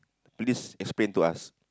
please explain to us